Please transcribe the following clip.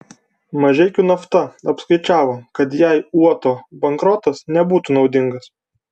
mažeikių nafta apskaičiavo kad jai uoto bankrotas nebūtų naudingas